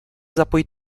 zapojit